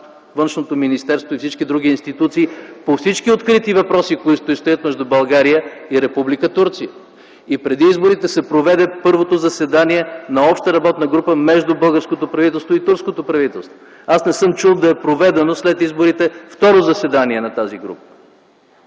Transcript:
външните работи и всички други институции по всички открити въпроси, които стоят между България и Република Турция. Преди изборите се проведе първото заседание на общата работна група между българското правителство и турското правителство. Аз не съм чул да е проведено след изборите второ заседание на тази група.